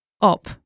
op